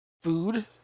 food